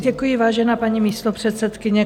Děkuji, vážená paní místopředsedkyně.